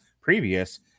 previous